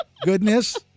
goodness